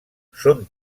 són